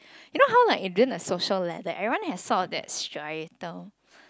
you know how like you did a social lane that everyone have sort of that striatal